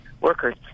workers